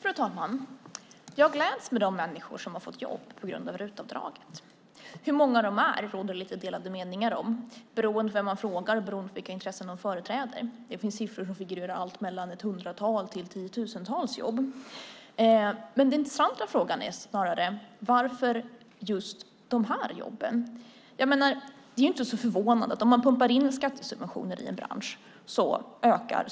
Fru talman! Jag gläds åt de människor som har fått jobb på grund av RUT-avdraget. Hur många de är råder det lite delade meningar om beroende på vem man frågar och vilka intressen de företräder. Det finns siffror på allt mellan ett hundratal och tiotusentals jobb. Den intressanta frågan är dock snarare: Varför just dessa jobb? Det är ju inte särskilt förvånande att sysselsättningen i en bransch ökar om man pumpar in skattesubventioner. Om det inte hade varit på det